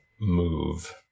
move